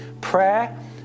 Prayer